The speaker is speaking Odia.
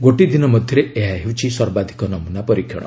ଗୋଟିଏ ଦିନ ମଧ୍ୟରେ ଏହା ହେଉଛି ସର୍ବାଧିକ ନମୁନା ପରୀକ୍ଷଣ